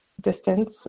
distance